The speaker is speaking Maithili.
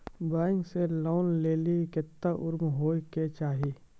बैंक से लोन लेली केतना उम्र होय केचाही?